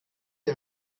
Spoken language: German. der